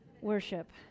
worship